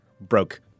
broke